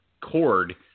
cord